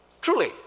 Truly